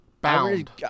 Bound